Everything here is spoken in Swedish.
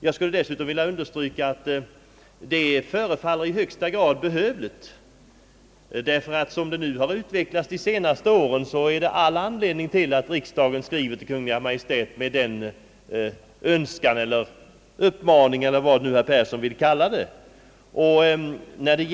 Jag skulle dessutom vilja understryka att det förefaller i högsta grad behövligt. Så som saker och ting har utvecklats de senaste åren finns det all anledning för riksdagen att skriva till Kungl. Maj:t och framföra en önskan eller uppmaning eller vad herr Persson vill kalla det.